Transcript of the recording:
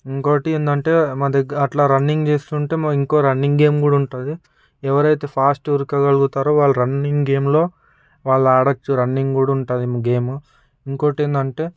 ఇంకోటి ఏందంటే మా దగ్గర అట్లా రన్నింగ్ చేస్తుంటే ఇంకో రన్నింగ్ గేమ్ కూడా ఉంటుంది ఎవరైతే ఫాస్ట్ ఉరకగలుగుతారు వాళ్ళు రన్నింగ్ గేమ్లో వాళ్ళ ఆడవచ్చు రన్నింగ్ కూడా ఉంటుంది గేమ్ ఇంకొకటి ఏంటంటే